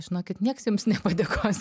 žinokit nieks jums nepadėkos